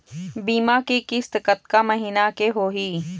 बीमा के किस्त कतका महीना के होही?